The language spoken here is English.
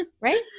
Right